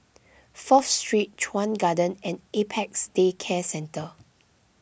Fourth Street Chuan Garden and Apex Day Care Centre